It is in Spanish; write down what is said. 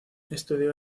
estudió